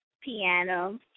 piano